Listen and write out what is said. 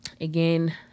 again